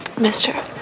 mister